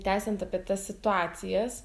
tęsiant apie tas situacijas